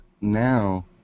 now